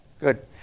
good